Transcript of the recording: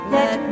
Let